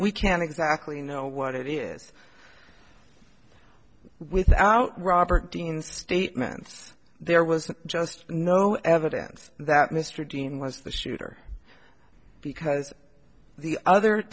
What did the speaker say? we can't exactly know what it is without robert dean's statements there was just no evidence that mr dean was the shooter because the other